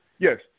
yes